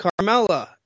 Carmella